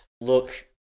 Look